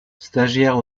stagiaire